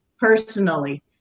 personally